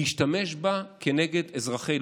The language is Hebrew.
להשתמש בה כנגד אזרחי,